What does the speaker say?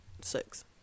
six